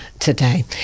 today